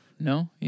no